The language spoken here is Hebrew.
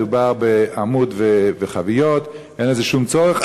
מדובר בעמוד וחביות, ואין בזה שום צורך.